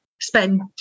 spend